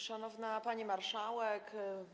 Szanowna Pani Marszałek!